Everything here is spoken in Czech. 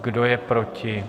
Kdo je proti?